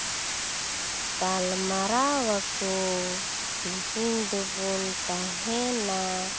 ᱜᱟᱞᱢᱟᱨᱟᱣᱟᱠᱚ ᱛᱤᱦᱤᱧ ᱫᱚᱵᱚᱱ ᱛᱟᱦᱮᱱᱟ